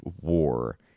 war